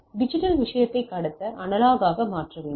digital விஷயத்தை கடத்த analogue ஆக மாற்ற வேண்டும்